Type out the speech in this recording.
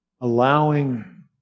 allowing